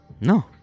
No